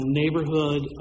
neighborhood